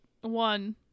One